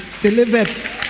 delivered